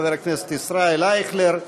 חברי הכנסת ישראל אייכלר,